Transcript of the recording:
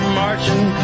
marching